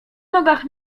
nogach